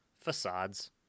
facades